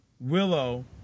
Willow